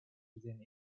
within